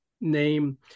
name